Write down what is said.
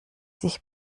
sich